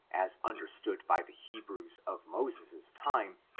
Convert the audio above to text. as understood by the hebrews of moses's time,